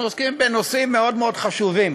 אנחנו עוסקים בנושאים מאוד מאוד חשובים,